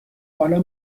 حالا